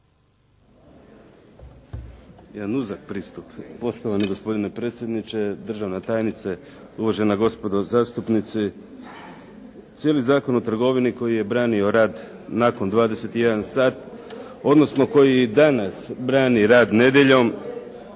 Damir (IDS)** Poštovani gospodine predsjedniče, državna tajnice, uvažena gospodo zastupnici. Cijeli Zakon o trgovini koji je branio rad nakon 21 sat, odnosno koji i danas brani rad nedjeljom